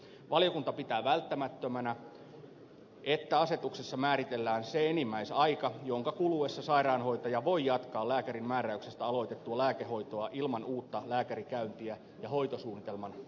valiokunta pitää välttämättömänä että asetuksessa määritellään se enimmäisaika jonka kuluessa sairaanhoitaja voi jatkaa lääkärin määräyksestä aloitettua lääkehoitoa ilman uutta lääkärikäyntiä ja hoitosuunnitelman tarkistamista